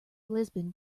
lisbon